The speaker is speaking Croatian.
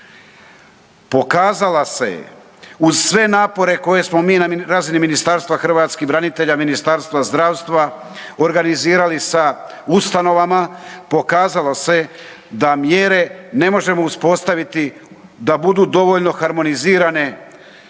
Pokazala se je uz sve napore koje smo mi na razini Ministarstva hrvatskih branitelja i Ministarstva zdravstva organizirali sa ustanovama, pokazalo se da mjere ne možemo uspostaviti da budu dovoljno harmonizirane.